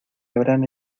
habrán